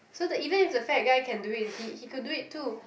so the even if the fat guy can do it he he could do it too